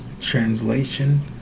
translation